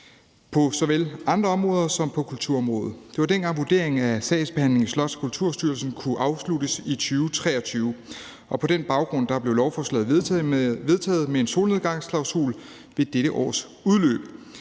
på såvel kulturområdet som andre områder. Det var dengang vurderingen, at sagsbehandlingen i Slots- og Kulturstyrelsen kunne afsluttes i 2023, og på den baggrund blev lovforslaget vedtaget med en solnedgangsklausul ved dette års udløb.